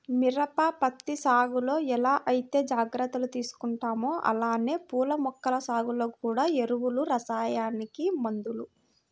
మిరప, పత్తి సాగులో ఎలా ఐతే జాగర్తలు తీసుకుంటామో అలానే పూల మొక్కల సాగులో గూడా ఎరువులు, రసాయనిక మందులు